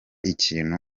ikintu